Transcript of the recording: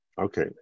Okay